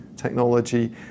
technology